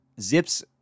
Zips